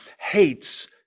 hates